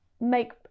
make